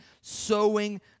sowing